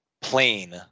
plane